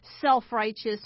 self-righteous